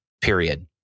period